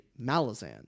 Malazan